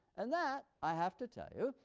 and that, i have to tell you,